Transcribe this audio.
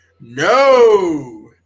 No